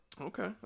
Okay